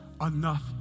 enough